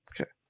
Okay